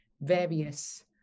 various